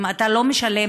אם אתה לא משלם,